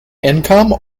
income